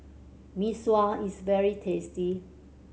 Mee Sua is very tasty